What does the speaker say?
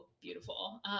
beautiful